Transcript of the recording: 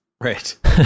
Right